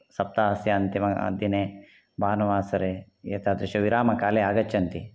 सप्ताहस्य अन्तिमदिने भानुवासरे एतादृशविरामकाले आगच्छन्ति